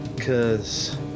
Cause